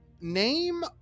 Name